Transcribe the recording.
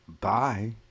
bye